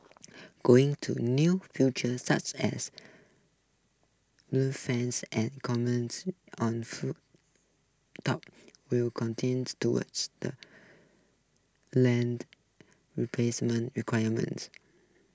going to new future such as fans and commons on full top will towards the land replacement requirements